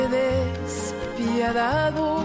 despiadado